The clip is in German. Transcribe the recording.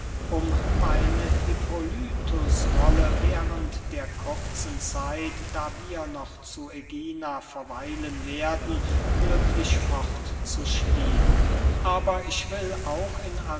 um meine hippolytus rolle während der kurzen zeit da wir noch zu ägina verweilen werden glücklich fort zu spielen aber ich will auch in